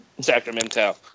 Sacramento